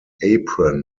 apron